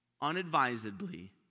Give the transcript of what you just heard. unadvisedly